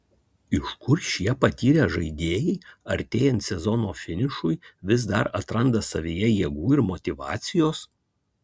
iš kur šie patyrę žaidėjai artėjant sezono finišui vis dar atranda savyje jėgų ir motyvacijos